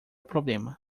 problema